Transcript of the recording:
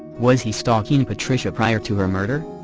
was he stalking patricia prior to her murder?